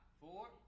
four